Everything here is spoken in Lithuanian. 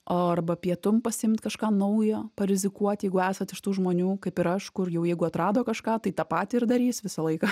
o arba pietum pasiimt kažką naujo parizikuot jeigu esat iš tų žmonių kaip ir aš kur jau jeigu atrado kažką tai tą patį ir darys visą laiką